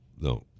no